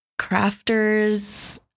crafters